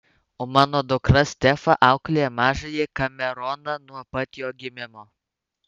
o mano dukra stefa auklėja mažąjį kameroną nuo pat jo gimimo